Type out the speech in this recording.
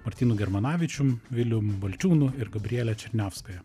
martynu germanavičiumi viliumi balčiūnu ir gabriele černiauskaja